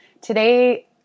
Today